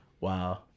wow